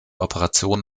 operation